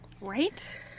right